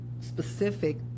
specific